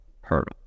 hurdle